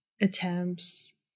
attempts